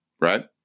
right